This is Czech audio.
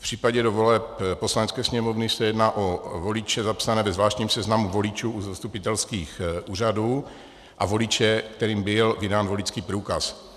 V případě voleb do Poslanecké sněmovny se jedná o voliče zapsané ve zvláštním seznamu voličů u zastupitelských úřadů a voliče, kterým byl vydán voličský průkaz.